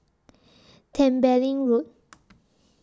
Tembeling Road